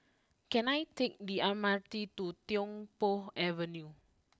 can I take the M R T to Tiong Poh Avenue